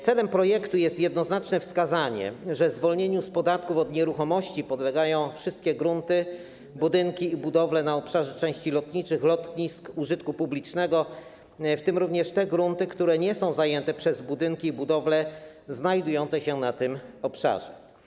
Celem projektu jest jednoznaczne wskazanie, że zwolnieniu z podatków od nieruchomości podlegają wszystkie grunty, budynki i budowle na obszarze części lotniczych lotnisk użytku publicznego, w tym również te grunty, które nie są zajęte przez budynki i budowle znajdujące się na tym obszarze.